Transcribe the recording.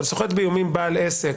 אבל סוחט באיומים בעל עסק,